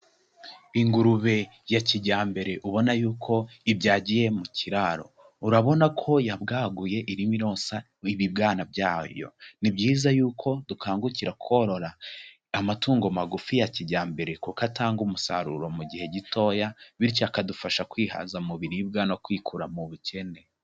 Ingurube ya kijyambere ubona yuko ibyagiye mu kiraro, urabona ko yabwaguye irimo ironsa ibibwana byayo. Ni byiza yuko dukangukira korora amatungo magufi ya kijyambere kuko atanga umusaruro mu gihe gitoya, bityo akadufasha kwihaza mu biribwa no kwikura mu bukene.